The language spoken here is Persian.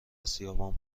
اسیابان